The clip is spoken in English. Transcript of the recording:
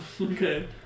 Okay